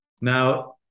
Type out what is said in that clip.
Now